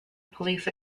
police